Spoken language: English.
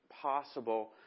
possible